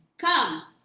Come